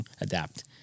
adapt